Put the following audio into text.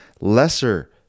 lesser